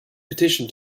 petition